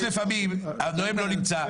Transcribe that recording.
יש לפעמים שהנואם לא נמצא,